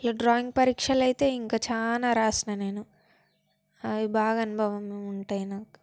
ఇలా డ్రాయింగ్ పరీక్షలైతే ఇంకా చాలా రాసాను నేను అవి బాగా అనుభవం ఉంటాయి నాకు